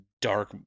dark